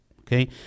okay